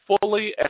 fully